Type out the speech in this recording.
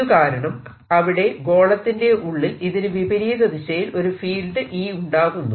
ഇതുകാരണം അവിടെ ഗോളത്തിന്റെ ഉള്ളിൽ ഇതിനു വിപരീത ദിശയിൽ ഒരു ഫീൽഡ് E ഉണ്ടാകുന്നു